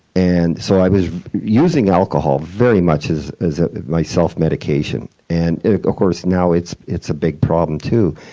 and so i was using alcohol very much as as ah my self-medication. and of course, now it's it's a big problem, too.